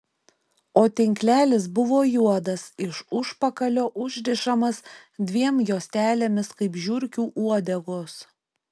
o tinklelis buvo juodas iš užpakalio užrišamas dviem juostelėmis kaip žiurkių uodegos